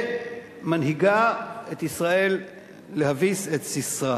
ומנהיגה את ישראל כדי להביס את סיסרא.